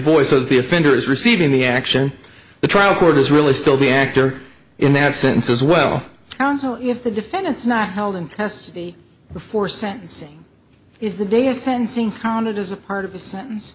voice so the offender is receiving the action the trial court is really still the actor in that sense as well if the defendant's not held and test before sentencing is the day is sentencing counted as a part of the sentence